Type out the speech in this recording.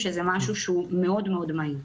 שזה משהו שהוא מאוד מאוד מהיר,